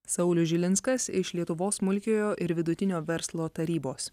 saulius žilinskas iš lietuvos smulkiojo ir vidutinio verslo tarybos